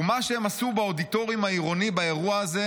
ומה שהם עשו באודיטוריום העירוני באירוע הזה,